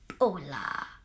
Hola